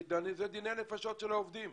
כי זה דיני נפשות של העובדים.